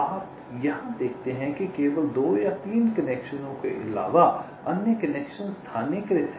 आप यहाँ देखते हैं कि केवल 2 या 3 कनेक्शनों के अलावा अन्य कनेक्शन स्थानीयकृत हैं